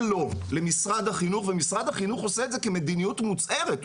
אל לו למשרד החינוך ומשרד החינוך עושה את זה כמדיניות מוצהרת,